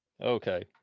Okay